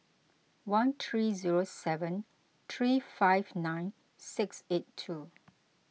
one three zero seven three five nine six eight two